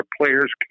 players